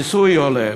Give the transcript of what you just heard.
המיסוי עולה,